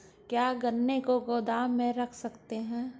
क्या गन्ने को गोदाम में रख सकते हैं?